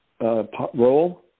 role